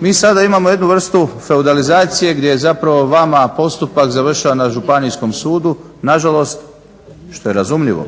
Mi sada imamo jednu vrstu feudalizacije gdje je zapravo vama postupak završava na Županijskom sudu na žalost što je razumljivo